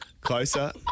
Closer